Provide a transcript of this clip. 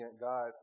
God